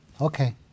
Okay